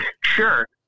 Sure